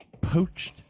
poached